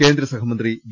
കേന്ദ്രസഹമന്ത്രി വി